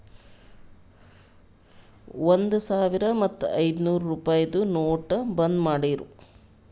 ಒಂದ್ ಸಾವಿರ ಮತ್ತ ಐಯ್ದನೂರ್ ರುಪಾಯಿದು ನೋಟ್ ಬಂದ್ ಮಾಡಿರೂ